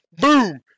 boom